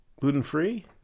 gluten-free